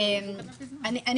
היה